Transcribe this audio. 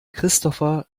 christopher